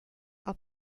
are